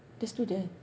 the student